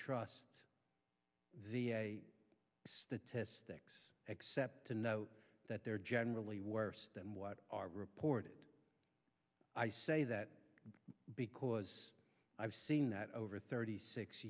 trust the statistics except to note that they are generally worse than what are reported i say that because i've seen that over thirty six